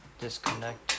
disconnect